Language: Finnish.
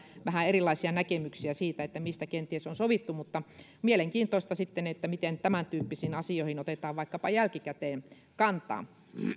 vähän erilaisia näkemyksiä siitä mistä kenties on sovittu mielenkiintoista sitten miten tämäntyyppisiin asioihin otetaan vaikkapa jälkikäteen kantaa